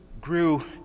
grew